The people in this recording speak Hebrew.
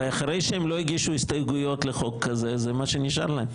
הרי אחרי שהם לא הגישו הסתייגויות לחוק כזה זה מה שנשאר להם.